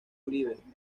uribe